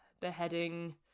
beheading